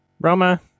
Roma